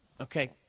Okay